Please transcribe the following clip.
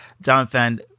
Jonathan